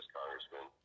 congressman